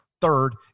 third